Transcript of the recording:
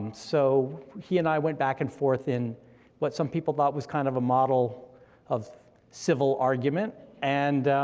so he and i went back and forth in what some people thought was kind of a model of civil argument, and